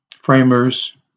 Framers